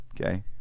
Okay